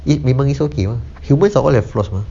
it memang is okay mah humans are all have flaws mah